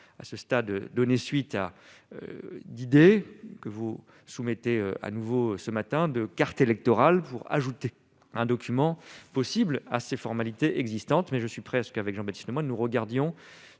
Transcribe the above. à ce stade de donner suite à l'idée que vous soumettez à nouveau ce matin de carte électorale pour ajouter un document possible à ces formalités existantes mais je suis presque avec Jean-Baptiste Lemoyne, nous regardions